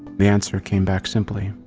the answer came back simply.